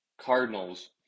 Cardinals